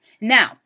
Now